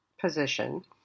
position